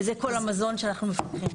וזה כל המזון שאנחנו מפקחים.